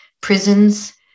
prisons